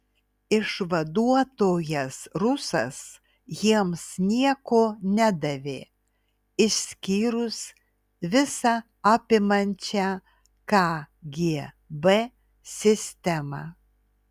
išvaduotojas rusas jiems nieko nedavė išskyrus visa apimančią kgb sistemą